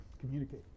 communicate